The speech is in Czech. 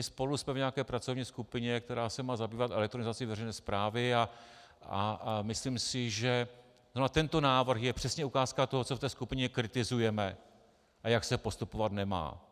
Spolu jsme v nějaké pracovní skupině, která se má zabývat elektronizací veřejné správy, a myslím si, že zrovna tento návrh je přesně ukázka toho, co v té skupině kritizujeme a jak se postupovat nemá.